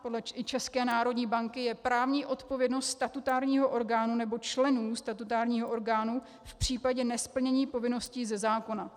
I podle České národní banky je právní odpovědnost statutárního orgánu nebo členů statutárního orgánu v případě nesplnění povinností ze zákona.